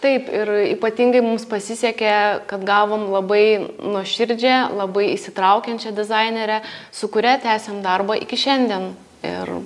taip ir ypatingai mums pasisekė kad gavom labai nuoširdžią labai įsitraukiančią dizainerę su kuria tęsiam darbą iki šiandien ir